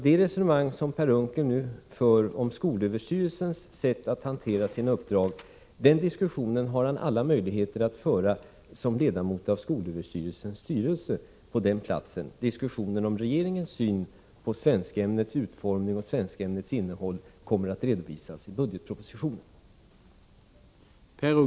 Det resonemang som Per Unckel här för om skolöverstyrelsens sätt att hantera sitt uppdrag har han som ledamot av skolöverstyrelsens styrelse alla möjligheter att föra där. Regeringens syn på svenskämnets utformning och svenskämnets innehåll kommer att redovisas i budgetpropositionen.